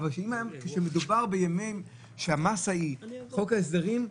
אבל כשמדובר בימים שהמסה היא חוק ההסדרים,